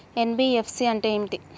NBFC అంటే ఏమిటి?